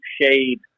shade